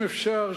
אם אפשר,